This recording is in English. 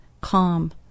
calm